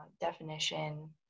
definition